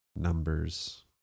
numbers